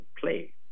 play